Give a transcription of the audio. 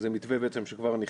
זה מתווה שנכתב